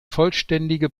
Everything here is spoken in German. vollständige